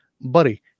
buddy